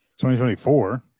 2024